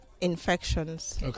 infections